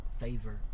favor